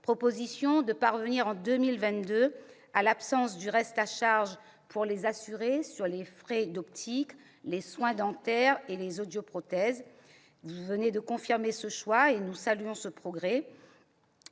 proposé de parvenir en 2022 à l'absence de reste à charge pour les assurés sur les frais d'optiques, de soins dentaires et d'audioprothèses- vous venez de confirmer ce choix et nous saluons ce progrès.